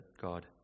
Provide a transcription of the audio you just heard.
God